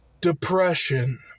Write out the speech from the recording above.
depression